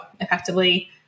effectively